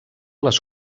les